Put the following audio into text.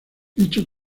dicho